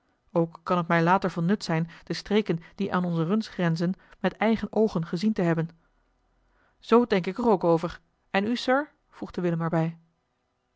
ook kan het mij later van nut zijn de streken die aan onze runs grenzen met eigen oogen gezien te hebben zoo denk ik er ook over en u sir voegde willem